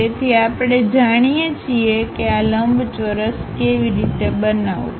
તેથી આપણે જાણીએ છીએ કે આ લંબચોરસ કેવી રીતે બનાવવું